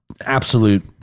absolute